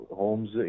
homes